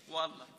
ואללה.